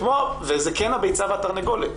זה כן הביצה והתרנגולת.